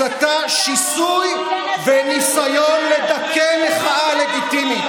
הסתה, שיסוי וניסיון לדכא מחאה לגיטימית.